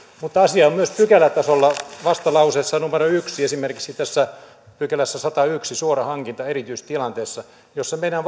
mutta asia on myös pykälätasolla vastalauseessa numero yhdeksi esimerkiksi tässä sadannessaensimmäisessä pykälässä suorahankinta erityistilanteissa meidän